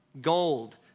Gold